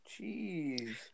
Jeez